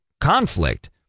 conflict